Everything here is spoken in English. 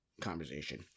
conversation